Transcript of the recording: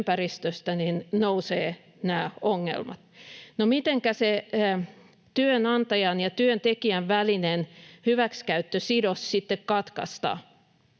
nousee nämä ongelmat. No, mitenkä se työnantajan ja työntekijän välinen hyväksikäyttösidos sitten katkaistaan?